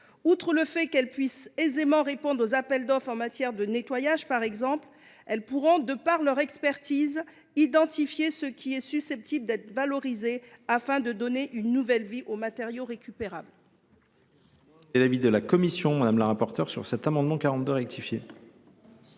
Outre le fait qu’elles puissent aisément répondre aux appels d’offres en matière de nettoyage, par exemple, elles pourront, grâce à leur expertise, identifier ce qui est susceptible d’être valorisé afin de donner une nouvelle vie aux matériaux récupérables.